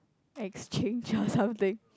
exchange or something